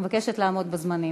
אני מבקשת לעמוד בזמנים.